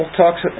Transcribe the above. talks